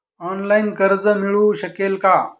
Online कर्ज मिळू शकेल का?